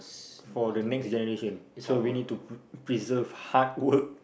for the next generation so we need to pre~ preserve hard work for the next generation